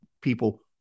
people